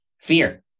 fear